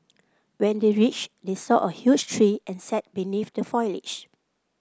when they reached they saw a huge tree and sat beneath the foliage